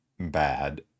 bad